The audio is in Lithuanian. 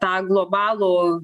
tą globalų